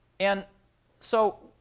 and so